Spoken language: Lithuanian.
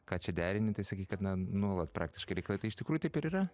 ką čia derini tai sakei kad na nuolat praktiškai reikalai tai iš tikrųjų taip ir yra